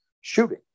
shooting